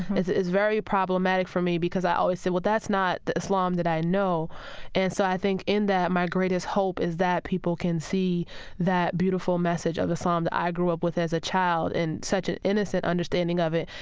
very problematic for me because i always say, well, that's not the islam that i know and so i think in that my greatest hope is that people can see that beautiful message of islam that i grew up with as a child and such an innocent understanding of it.